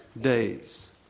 days